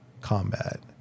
combat